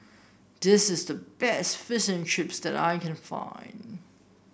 this is the best Fish and Chips that I can find